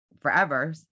forever